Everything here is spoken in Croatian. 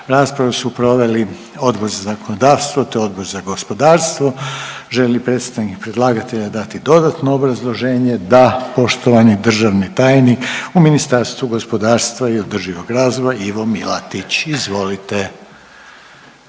Raspravu su proveli Odbor za zakonodavstvo, te Odbor za gospodarstvo. Želi li predstavnik predlagatelja dati dodatno obrazloženje? Da. Poštovani državni tajnik u Ministarstvu gospodarstva i održivog razvoja Ivo Milatić. Izvolite.